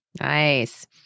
Nice